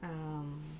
mm